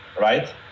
right